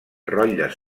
rotlles